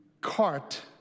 cart